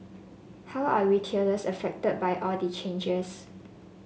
how are retailers affected by all the changes